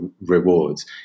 rewards